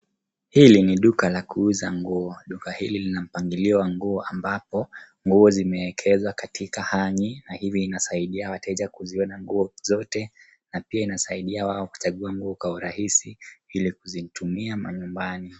Hili ni duka la kuuza nguo. Duka hili lina mpangilio wa nguo ambapo nguo zimeekezwa katika hang'i na hivi inasaidia wateja kuziona nguo zote na pia inasaidia wao kuchagua nguo kwa urahisi ili kuzitumia manyumbani.